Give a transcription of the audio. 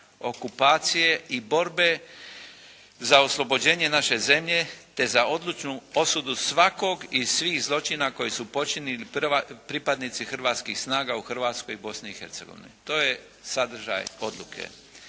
okupacije i borbe za oslobođenje naše zemlje te za odlučnu osudu svakog i svih zločina koje su počinili pripadnici hrvatskih snaga u Hrvatskoj i Bosni i Hercegovini.» To je sadržaj Odluke.